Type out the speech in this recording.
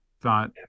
thought